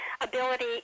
ability